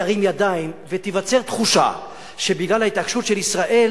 ירים ידיים ותיווצר תחושה שבגלל ההתעקשות של ישראל